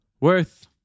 worth